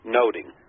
noting